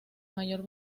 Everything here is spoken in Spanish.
mayor